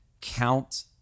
count